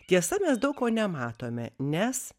tiesa mes daug ko nematome nes